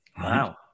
Wow